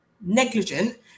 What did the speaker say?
negligent